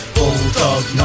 Bulldog